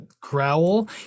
growl